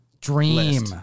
Dream